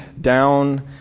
down